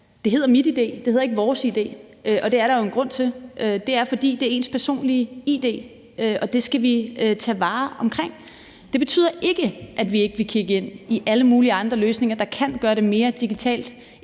Det hedder MitID, det hedder ikke »VoresID«, og det er der jo en grund til, og det er, at det er ens personlige id, og det skal vi tage vare på. Det betyder ikke at vi ikke vil kigge ind i alle mulige andre løsninger, der kan gøre det mere digitalt